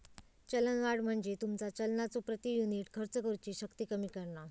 चलनवाढ म्हणजे तुमचा चलनाचो प्रति युनिट खर्च करुची शक्ती कमी करणा